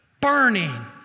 burning